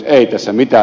ei tässä mitä